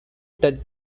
that